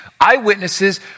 eyewitnesses